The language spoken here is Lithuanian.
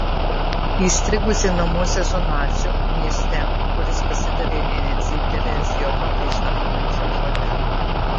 įstrigusi namuose su naciu mieste kuris pasidavė nė necyptelėjęs jokio prieštaraujančio žodelio